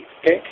okay